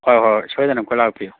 ꯍꯣꯏ ꯍꯣꯏ ꯍꯣꯏ ꯁꯣꯏꯗꯅꯃꯛꯀꯤ ꯂꯥꯛꯄꯤꯌꯨ